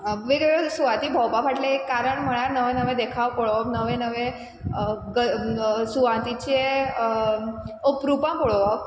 वेगळ्यो वेगळ्यो सुवाती भोंवपा फाटलें एक कारण म्हळ्यार नवे नवे देखाव पळोवप नवे नवे ग सुवातीचें अप्रुपां पळोवप